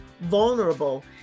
vulnerable